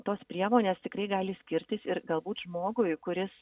tos priemonės tikrai gali skirtis ir galbūt žmogui kuris